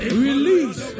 release